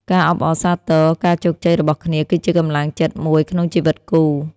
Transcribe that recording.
ការអបអរសាទរការជោគជ័យរបស់គ្នាគឺជាកម្លាំងចិត្តមួយក្នុងជីវិតគូ។